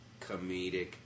comedic